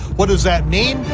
what does that mean?